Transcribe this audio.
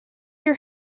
your